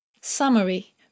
Summary